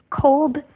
Cold